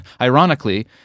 Ironically